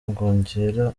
nkongera